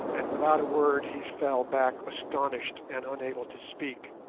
and without a word he fell back astonished, and unable to speak.